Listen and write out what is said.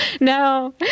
no